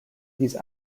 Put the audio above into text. these